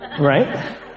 right